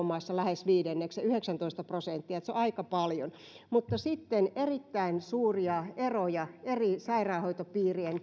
maassa lähes viidenneksen yhdeksäntoista prosenttia se on aika paljon mutta sitten on erittäin suuria eroja eri sairaanhoitopiirien